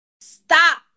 stop